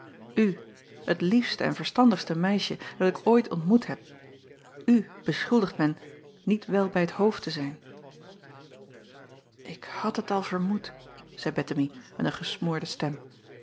het liefste en verstandigste meisje dat ik ooit ontmoet heb u beschuldigt men niet wel bij t hoofd te zijn k had het al vermoed zeî ettemie met een gesmoorde stem